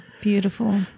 beautiful